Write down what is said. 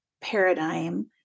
paradigm